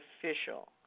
official